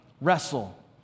Wrestle